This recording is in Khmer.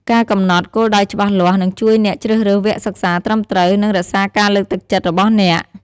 ការកំណត់ គោលដៅច្បាស់លាស់ នឹងជួយអ្នកជ្រើសរើសវគ្គសិក្សាត្រឹមត្រូវ និងរក្សាការលើកទឹកចិត្តរបស់អ្នក។